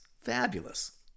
fabulous